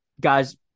guys –